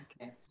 okay